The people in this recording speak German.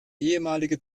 ehemalige